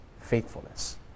faithfulness